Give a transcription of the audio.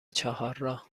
چهارراه